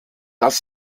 das